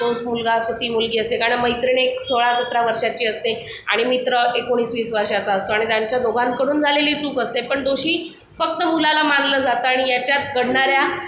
तोच मुलगा असतो ती मुलगी असते कारण मैत्रिण एक सोळा सतरा वर्षाची असते आणि मित्र एकोणीस वीस वर्षाचा असतो आणि त्यांच्या दोघांकडून झालेली चूक असते पण दोषी फक्त मुलाला मानलं जातं आणि याच्यात घडणाऱ्या